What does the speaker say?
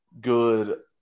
good